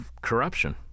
corruption